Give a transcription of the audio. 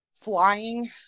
flying